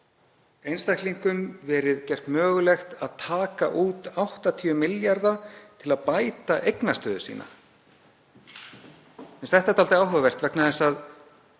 einstaklingum verið gert mögulegt að taka út 80 milljarða til að bæta eignastöðu sína. Þetta er dálítið áhugavert vegna þess að